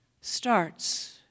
starts